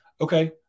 Okay